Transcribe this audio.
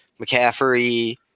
McCaffrey –